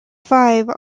five